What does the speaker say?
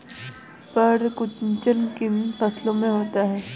पर्ण कुंचन किन फसलों में होता है?